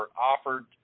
offered